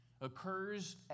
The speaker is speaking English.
occurs